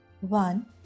one